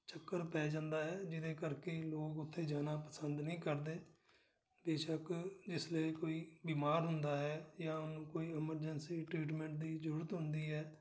ਚੱਕਰ ਪੈ ਜਾਂਦਾ ਹੈ ਜਿਹਦੇ ਕਰਕੇ ਲੋਕ ਉੱਥੇ ਜਾਣਾ ਪਸੰਦ ਨਹੀਂ ਕਰਦੇ ਬੇਸ਼ੱਕ ਜਿਸਦੇ ਕੋਈ ਬਿਮਾਰ ਹੁੰਦਾ ਹੈ ਜਾਂ ਕੋਈ ਐਮਰਜੈਂਸੀ ਟ੍ਰੀਟਮੈਂਟ ਦੀ ਜ਼ਰੂਰਤ ਹੁੰਦੀ ਹੈ